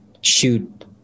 shoot